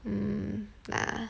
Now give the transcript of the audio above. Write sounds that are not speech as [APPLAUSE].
mm [BREATH] ah